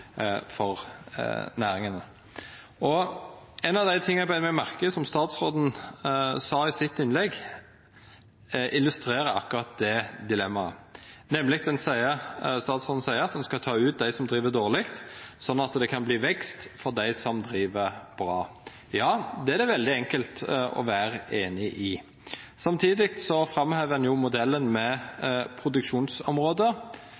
for næringane. Ein av dei tinga eg beit meg merke i, som statsråden sa i sitt innlegg, illustrerer akkurat det dilemmaet. Statsråden sa at ein skal ta ut dei som driv dårleg, slik at det kan verta vekst for dei som driv bra. Ja, det er det veldig enkelt å vera einig i. Samtidig framhevar ein modellen med